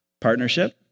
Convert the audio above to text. partnership